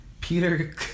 Peter